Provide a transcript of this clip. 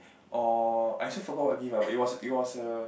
oh I still forgot what gift ah but it was it was a